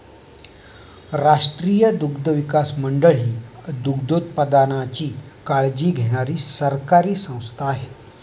राष्ट्रीय दुग्धविकास मंडळ ही दुग्धोत्पादनाची काळजी घेणारी सरकारी संस्था आहे